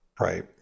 Right